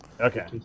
okay